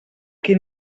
qui